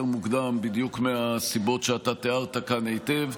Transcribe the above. מוקדם בדיוק מהסיבות שאתה תיארת כאן היטב.